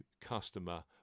customer